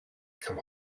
come